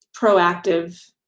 proactive